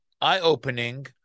eye-opening